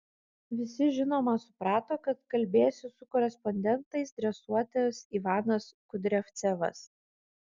visi žinoma suprato kad kalbėsis su korespondentais dresuotojas ivanas kudriavcevas